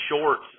shorts